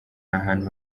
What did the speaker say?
ahantu